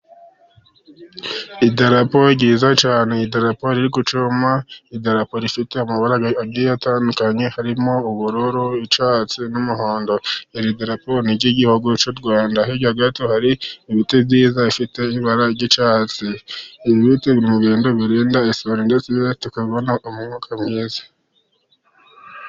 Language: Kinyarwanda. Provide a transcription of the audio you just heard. Idarapo ryiza cyane idarapo riri ku cyuma. Idarapo rifite amabara agiye atandukanye. Harimo ubururu, icyatsi n'umuhodo. Iri darapo ni iry'igihugu cy'u Rwanda. Hirya gato hari ibiti byiza bifite ibara ry'icyatsi. ibiti biri mu bintu birinda isuri, ndetse tukabona umwuka mwiza.